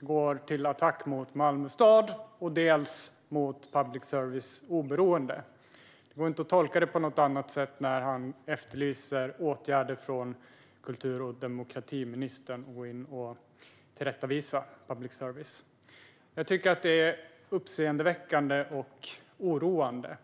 går till attack mot dels Malmö stad, dels public services oberoende. Det går inte att tolka det på något annat sätt när han efterlyser åtgärder från kultur och demokratiministern, att hon ska tillrättavisa public service. Det är uppseendeväckande och oroande.